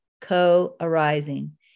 co-arising